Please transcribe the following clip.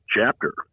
chapter